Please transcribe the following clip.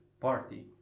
Party